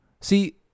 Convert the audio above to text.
See